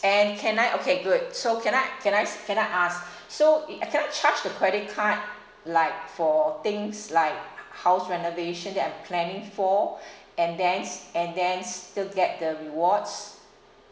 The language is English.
and can I okay good so can I can I s~ can I ask so it I cannot charge the credit card like for things like ho~ house renovation that I'm planning for and thens and thens still get the rewards